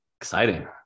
Exciting